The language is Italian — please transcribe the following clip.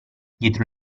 dietro